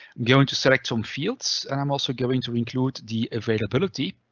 going to select from fields and i'm also going to include the availability.